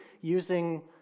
using